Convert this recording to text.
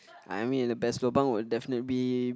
I mean the best lobang would definitely be